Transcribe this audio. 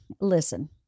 Listen